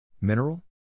Mineral